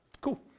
Cool